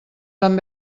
van